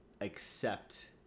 accept